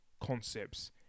concepts